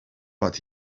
but